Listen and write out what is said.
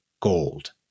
gold